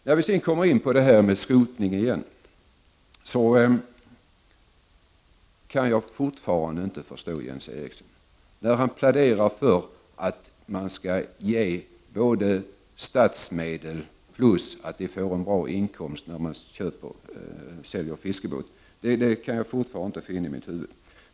När det gäller skrotning kan jag fortfarande inte förstå Jens Eriksson, när han pläderar för att fiskare skall få både statsmedel och en bra inkomst när de säljer fiskebåtar.